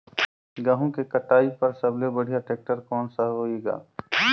गहूं के कटाई पर सबले बढ़िया टेक्टर कोन सा होही ग?